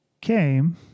came